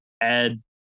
add